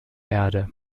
erde